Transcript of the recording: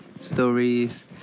stories